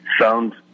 sound